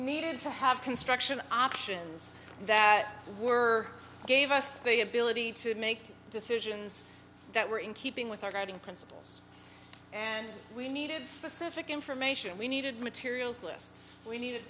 needed to have construction options that were gave us the ability to make decisions that were in keeping with our guiding principles and we needed for civic information we needed materials lists we needed